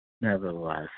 nevertheless